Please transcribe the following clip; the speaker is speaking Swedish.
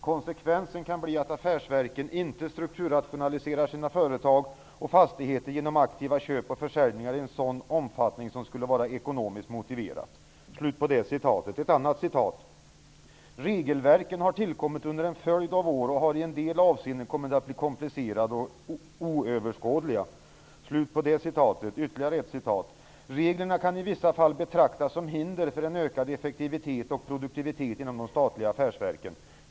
Konsekvensen kan bli att affärsverken inte strukturrationaliserar sina företag och fastigheter genom aktiva köp och försäljningar i en sådan omfattning som skulle vara ekonomiskt motiverat.'' Det andra citatet lyder: ''Regelverken har tillkommit under en följd av år och har i en del avseenden kommit att bli komplicerade och oöverskådliga.'' Det tredje citatet lyder: ''Reglerna kan i vissa fall betraktas som hinder för en ökad effektivitet och produktivitet inom de statliga affärsverken.''